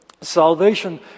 salvation